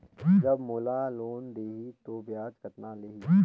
जब मोला लोन देही तो ब्याज कतना लेही?